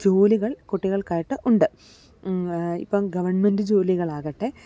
ജോലികൾ കുട്ടികൾക്കായിട്ട് ഉണ്ട് ഇപ്പം ഗവൺമെൻറ്റ് ജോലികളാകട്ടെ